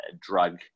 drug